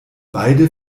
beide